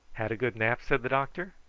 had a good nap? said the doctor.